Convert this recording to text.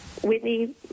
Whitney